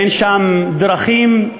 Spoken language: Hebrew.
אין שם דרכים,